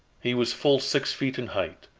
he was full six feet in height,